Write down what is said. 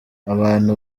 abantu